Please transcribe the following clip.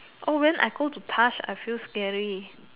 oh when I go to past I feel scary